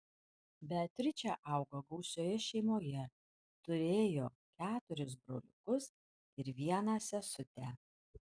beatričė augo gausioje šeimoje turėjo keturis broliukus ir vieną sesutę